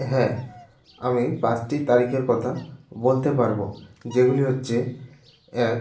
হ্যাঁ আমি পাঁচটি তারিকের কথা বলতে পারবো যেগুলি হচ্ছে এক